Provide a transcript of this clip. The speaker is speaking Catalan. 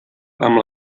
amb